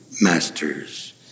masters